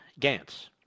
Gantz